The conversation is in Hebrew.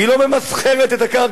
היא לא ממסחרת את הקרקע,